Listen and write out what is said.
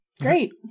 Great